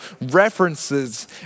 references